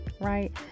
right